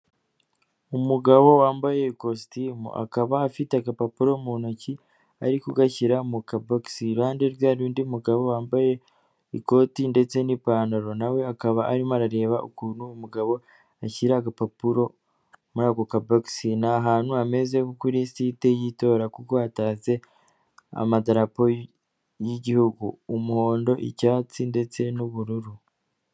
Umugabo wambaye ikositimu. Akaba afite agapapuro mu ntoki ari kugashyira mu kabogisi. Iruhande rwe hari undi mugabo wambaye ikoti ndetse n'ipantaro, nawe akaba arimo arareba ukuntu umugabo ashyira agapapuro muri ako kabogisi. Ni ahantu hameze nko kuri site y'itora kuko hatatse amadarapo y'igihugu, umuhondo, icyatsi, ndetse n'ubururu.